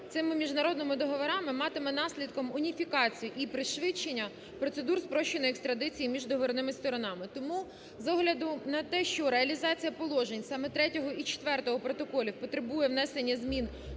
цими міжнародними договорами матиме наслідки уніфікації і пришвидшення процедур спрощеної екстрадиції між договірними сторонами. Тому з огляду на те, що реалізація положень саме Третього і Четвертого протоколів потребує внесення змін